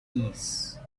peace